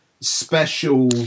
special